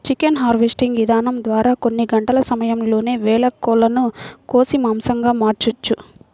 chicken harvesting ఇదానం ద్వారా కొన్ని గంటల సమయంలోనే వేల కోళ్ళను కోసి మాంసంగా మార్చొచ్చు